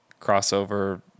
crossover